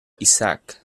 isaac